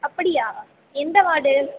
அப்படியா எந்த வார்டு